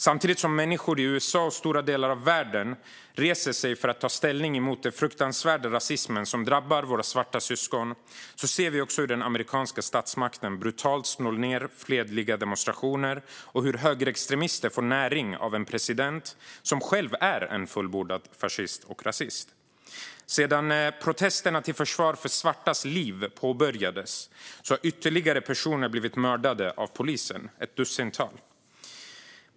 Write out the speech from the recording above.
Samtidigt som människor i USA och stora delar av världen reser sig för att ta ställning emot den fruktansvärda rasism som drabbar våra svarta syskon ser vi hur den amerikanska statsmakten brutalt slår ned fredliga demonstrationer och hur högerextremister får näring av en president som själv är en fullblodig fascist och rasist. Sedan protesterna till försvar för svartas liv påbörjades har ytterligare personer blivit mördade av polisen, ett dussintal.